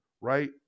right